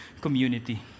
community